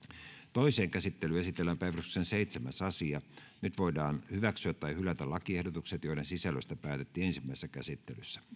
toiseen käsittelyyn esitellään päiväjärjestyksen seitsemäs asia nyt voidaan hyväksyä tai hylätä lakiehdotukset joiden sisällöstä päätettiin ensimmäisessä käsittelyssä